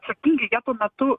atsakingi jie tuo metu